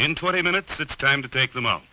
in twenty minutes it's time to take them out